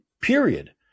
period